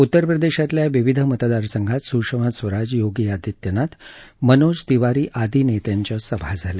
उत्तर प्रदेशातल्या विविध मतदारसंघात सुषमा स्वराज योगी आदित्यनाथ मनोज तिवारी आदि नेत्यांच्या सभा झाल्या